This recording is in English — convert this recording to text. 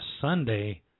Sunday